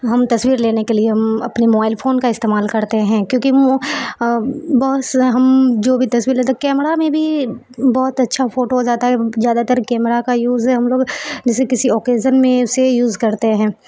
ہم تصویر لینے کے لیے اپنے موبائل فون کا استعمال کرتے ہیں کیونکہ بہت سے ہم جو کہ تصویر لیتے ہیں کیمرہ میں بھی بہت اچھا فوٹوز آتا ہے زیادہ تر کیمرہ کا یوز ہے ہم لوگ جیسے کسی اوکیزن میں اسے یوز کرتے ہیں